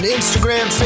Instagram